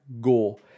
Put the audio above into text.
go